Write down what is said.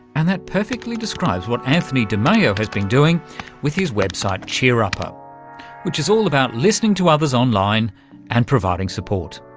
and that perfectly describes what anthony dimeo has been doing with his website cheerupper which is all about listening to others online and providing support.